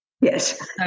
Yes